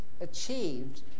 achieved